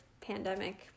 pandemic